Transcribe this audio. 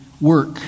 work